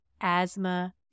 asthma